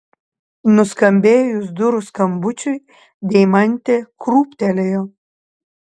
nuskambėjus durų skambučiui deimantė krūptelėjo